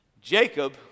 Jacob